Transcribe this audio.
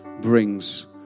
brings